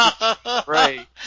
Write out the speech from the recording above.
right